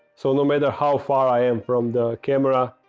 so no matter how far i am from the camera,